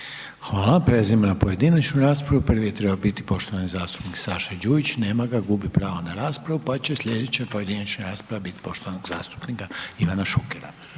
Hvala, prelazimo na pojedinačnu raspravu, prvi je trebo biti poštovani zastupnik Saša Đujić, nema ga, gubi pravo na raspravu, pa će slijedeća pojedinačna rasprava biti poštovanog zastupnika Ivana Šukera.